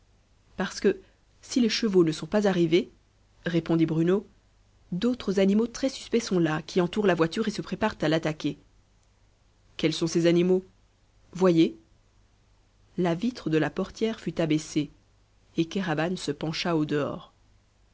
parce que si les chevaux ne sont pas arrivés répondit bruno d'autres animaux très suspects sont là qui entourent la voiture et se préparent à l'attaquer quels sont ces animaux voyez la vitre de la portière fut abaissée et kéraban se pencha au dehors